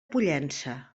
pollença